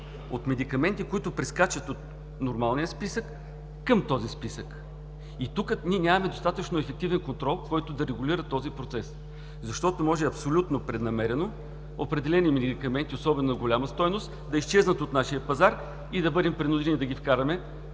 от медикаменти, които прескачат от нормалния списък към този списък и тук ние нямаме ефективен контрол, който да регулира този процес, защото може абсолютно преднамерено определени медикаменти, особено на голяма стойност, да изчезнат от нашия пазар и да бъдем принудени да ги вкараме